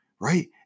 right